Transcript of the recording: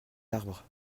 arbres